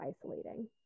isolating